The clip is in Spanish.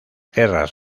guerras